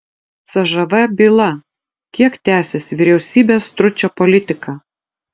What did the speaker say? cžv byla kiek tęsis vyriausybės stručio politika